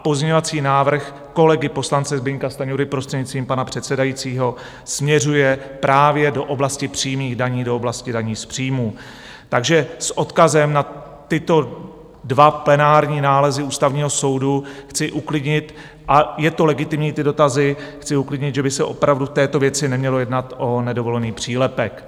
Pozměňovací návrh kolegy poslance Zbyňka Stanjury, prostřednictvím pana předsedajícího, směřuje právě do oblasti přímých daní, do oblasti daní z příjmů, takže s odkazem na tyto dva plenární nálezy Ústavního soudu chci uklidnit a je to legitimní, ty dotazy chci uklidnit, že by se opravdu v této věci nemělo jednat o nedovolený přílepek.